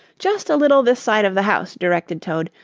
just a little this side of the house, directed toad,